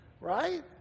right